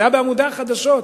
זה היה בעמודי החדשות,